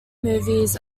movies